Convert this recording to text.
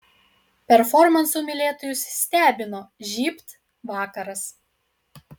performansų mylėtojus stebino žybt vakaras